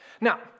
Now